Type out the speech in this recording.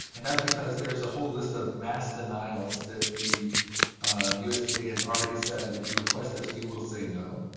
and that's because there is a whole list of mass denials that the usda yeah has already said, if you request this, we will say no.